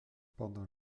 pendant